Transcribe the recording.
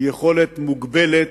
היא יכולת מוגבלת,